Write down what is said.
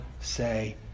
say